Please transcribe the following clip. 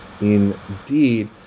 indeed